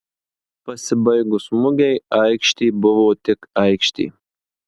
pasibaigus mugei aikštė buvo tik aikštė